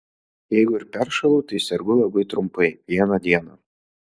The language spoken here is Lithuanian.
jeigu ir peršąlu tai sergu labai trumpai vieną dieną